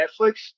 Netflix